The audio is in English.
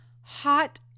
hot